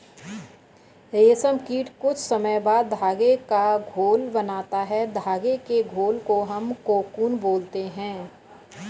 रेशम कीट कुछ समय बाद धागे का घोल बनाता है धागे के घोल को हम कोकून बोलते हैं